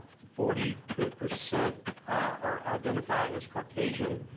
forty two percent are identify as caucasian.